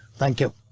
thank you.